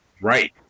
Right